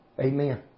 Amen